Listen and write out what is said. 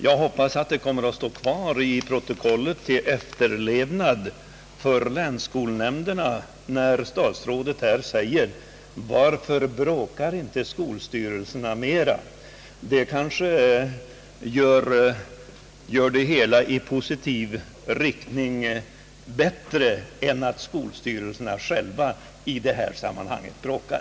Jag hoppas att det kommer att stå kvar i protokollet till efterlevnad för länsskolnämnderna vad statsrådet här sagt till skolstyrelserna: »Varför inte bråka litet mer?» Det kanske blir mera positiva resultat än om skolstyrelserna själva bråkar.